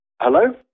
Hello